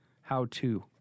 how-to